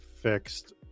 fixed